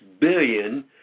billion